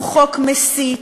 הוא חוק מסית,